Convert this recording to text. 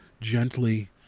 gently